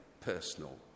personal